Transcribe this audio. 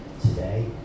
today